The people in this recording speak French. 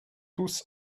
tous